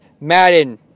Madden